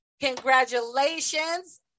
Congratulations